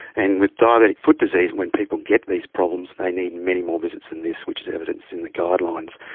and with diabetic foot disease, when people get these problems they need many more visits than this, which is evidenced in the guidelines.